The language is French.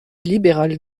libéral